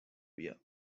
بیا